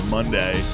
Monday